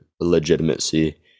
legitimacy